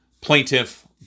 Plaintiff